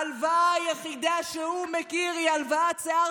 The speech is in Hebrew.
ההלוואה היחידה שהוא מכיר היא הלוואת שיער